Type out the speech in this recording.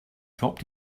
dropped